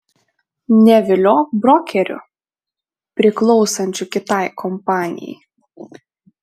neviliok brokerių priklausančių kitai kompanijai